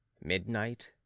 Midnight